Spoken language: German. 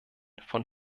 von